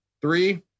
Three